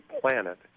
planet